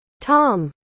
tom